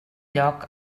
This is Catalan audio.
lloc